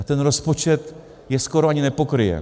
A ten rozpočet je skoro ani nepokryje.